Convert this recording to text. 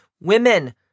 Women